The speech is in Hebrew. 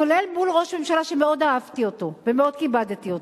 כולל מול ראש ממשלה שמאוד אהבתי אותו ומאוד כיבדתי אותו.